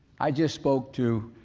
i just spoke to,